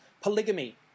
Polygamy